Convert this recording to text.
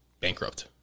bankrupt